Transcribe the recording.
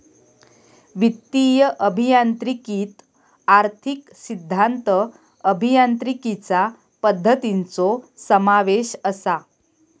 वित्तीय अभियांत्रिकीत आर्थिक सिद्धांत, अभियांत्रिकीचा पद्धतींचो समावेश असा